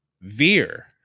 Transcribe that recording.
Veer